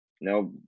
No